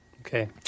Okay